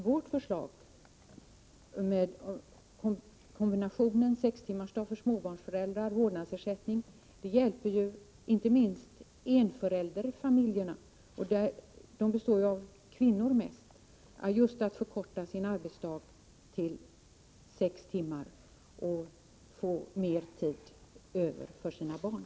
Vårt förslag med kombinationen sextimmarsdag för småbarnsföräldrar och vårdnadsersättning hjälper inte minst enföräldersfamiljerna — de består ju av kvinnor mest — just att förkorta sin arbetsdag till sex timmar och få mer tid över för sina barn.